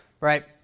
Right